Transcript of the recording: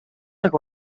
цаг